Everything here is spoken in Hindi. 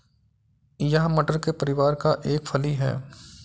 यह मटर के परिवार का एक फली है